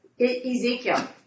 Ezekiel